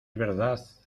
verdad